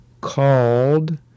called